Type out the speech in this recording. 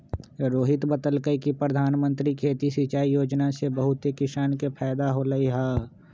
रोहित बतलकई कि परधानमंत्री खेती सिंचाई योजना से बहुते किसान के फायदा होलई ह